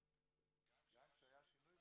גם כשהיה שינוי,